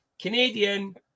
Canadian